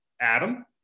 adam